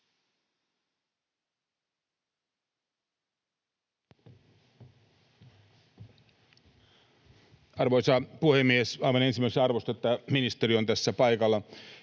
Arvoisa puhemies! Aivan ensimmäiseksi: Arvostan, että ministeri on tässä paikalla,